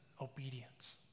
obedience